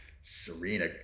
Serena